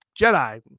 Jedi